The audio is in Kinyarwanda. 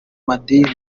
madini